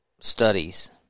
studies